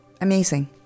Amazing